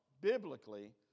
biblically